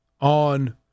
on